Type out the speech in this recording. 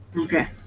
Okay